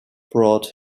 broad